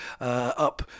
up